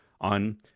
on